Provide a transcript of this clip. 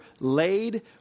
laid